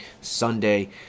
Sunday